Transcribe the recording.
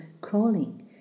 crawling